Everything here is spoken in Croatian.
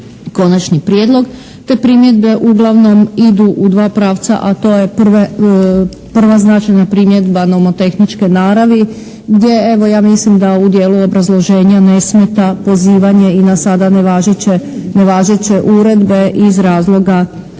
konačni prijedlog. Te primjedbe uglavnom idu u dva pravca, a to je prva značajna primjedba nomotehničke naravi gdje evo ja mislim da u dijelu obrazloženja ne smeta pozivanje i na sada nevažeće, nevažeće uredbe iz razloga